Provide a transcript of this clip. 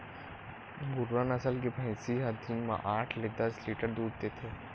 मुर्रा नसल के भइसी ह दिन म आठ ले दस लीटर तक दूद देथे